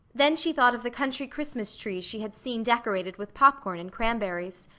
then she thought of the country christmas trees she had seen decorated with popcorn and cranberries.